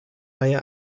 reihe